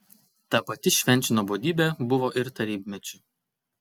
ta pati švenčių nuobodybė buvo ir tarybmečiu